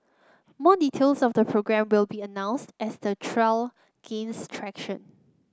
more details of the programme will be announced as the trial gains traction